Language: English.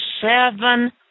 seven